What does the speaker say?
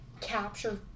capture